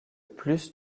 plus